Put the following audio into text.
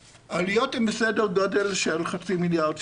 סליחה.